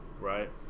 right